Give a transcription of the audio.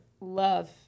love